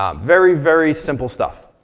um very, very simple stuff.